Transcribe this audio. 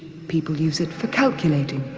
people use it for calculating,